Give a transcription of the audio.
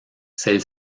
celle